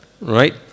Right